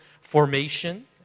formation